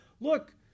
look